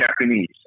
Japanese